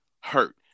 hurt